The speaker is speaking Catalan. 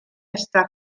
està